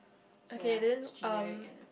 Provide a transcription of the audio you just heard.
okay then um